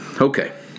Okay